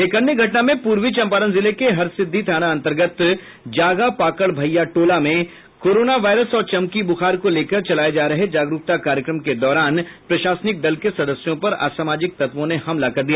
एक अन्य घटना में प्रर्वी चंपारण जिले के हरिसिद्दी थाना अंतर्गत जागा पाकड़ भैया टोला में कोरोना वायरस और चमकी बुखार को लेकर चलाये जा रहे जागरुकता कार्यक्रम के दौरान प्रशासनिक दल के सदस्यों पर असामजिक तत्वों ने हमला कर दिया